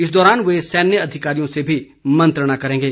इस दौरान वे सैन्य अधिकारियों से भी मंत्रणा करेंगे